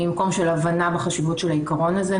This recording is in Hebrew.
ממקום של הבנה בחשיבות של העיקרון הזה,